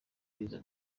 izo